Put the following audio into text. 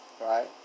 right